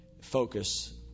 Focus